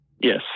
Yes